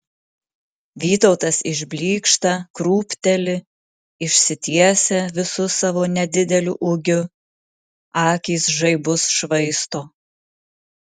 vytautas išblykšta krūpteli išsitiesia visu savo nedideliu ūgiu akys žaibus švaisto